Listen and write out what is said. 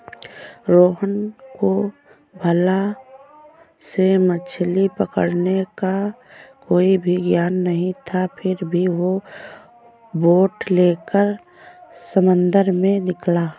रोहन को भाला से मछली पकड़ने का कोई भी ज्ञान नहीं था फिर भी वो बोट लेकर समंदर में निकला